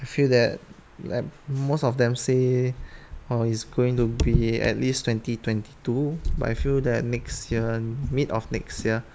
I feel that like most of them say uh it's going to be at least twenty twenty two but I feel that next year mid of next year